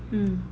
mm